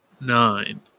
Nine